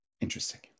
Interesting